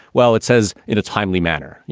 well, it says in a timely manner, you